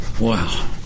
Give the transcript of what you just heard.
Wow